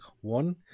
One